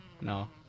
No